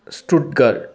Stuttgart